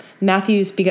Matthew's